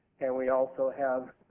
and we also have